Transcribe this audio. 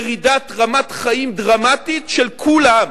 ירידת רמת חיים דרמטית של כולם.